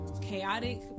chaotic